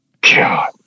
God